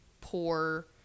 poor